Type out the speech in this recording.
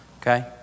Okay